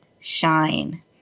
shine